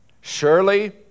surely